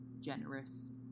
generous